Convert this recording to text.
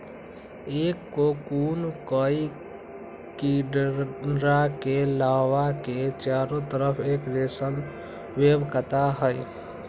एक कोकून कई कीडड़ा के लार्वा के चारो तरफ़ एक रेशम वेब काता हई